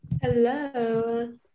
Hello